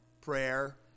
prayer